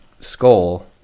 skull